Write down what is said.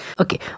Okay